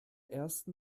ersten